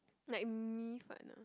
like 米粉 ah